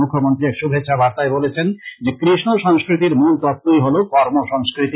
মূখ্যমন্ত্রী এক শুভেচ্ছা বার্তায় বলেছেন যে কৃষ্ণ সংস্কৃতির মূল তত্ত্বই হল কর্ম সংস্কৃতি